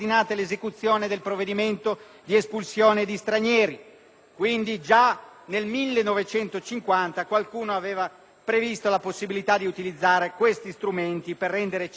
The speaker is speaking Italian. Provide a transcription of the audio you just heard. Quindi, già nel 1950 qualcuno aveva previsto la possibilità di utilizzare questi strumenti per rendere celeri le procedure di espulsione.